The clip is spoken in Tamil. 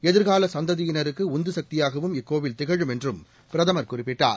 எதிர்கால சந்ததியினருக்கு உந்து சக்தியாகவும் இக்கோவில் திகழும் என்றும் பிரதம் குறிப்பிட்டார்